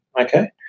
okay